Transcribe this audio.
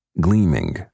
gleaming